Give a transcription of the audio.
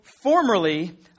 formerly